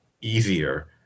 easier